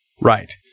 Right